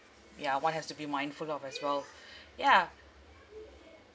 ya one has to be mindful of as well yeah